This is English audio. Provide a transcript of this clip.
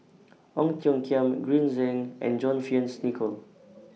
Ong Tiong Khiam Green Zeng and John Fearns Nicoll